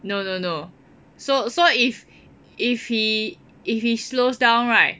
no no no so so if if he if he slows down right